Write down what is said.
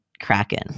Kraken